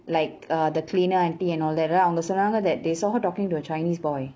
like uh the cleaner auntie and all that அவங்க சொன்னாங்க:avanga sonnanga that they saw her talking to a chinese boy